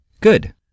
Good